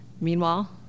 Meanwhile